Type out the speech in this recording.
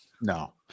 no